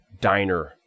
diner